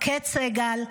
קית' סיגל,